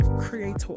creator